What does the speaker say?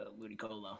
Ludicolo